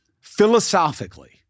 Philosophically